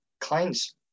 clients